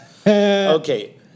Okay